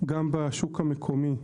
גם בשור המקומי,